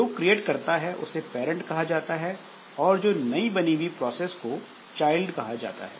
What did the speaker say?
जो क्रिएट करता है उसे पैरंट कहा जाता है और नई बनी हुई प्रोसेस को चाइल्ड कहा जाता है